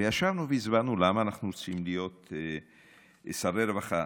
וישבנו והסברנו למה אנחנו רוצים להיות שרי רווחה.